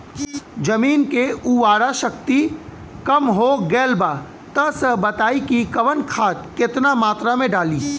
जमीन के उर्वारा शक्ति कम हो गेल बा तऽ बताईं कि कवन खाद केतना मत्रा में डालि?